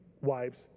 wives